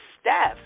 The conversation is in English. Steph